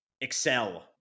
excel